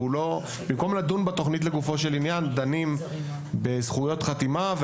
במקום לדון בתכנית לגופו של עניין דנים בזכויות חתימה,